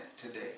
today